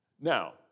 Now